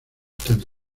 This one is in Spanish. temas